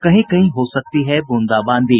कहीं कहीं हो सकती है ब्रंदाबांदी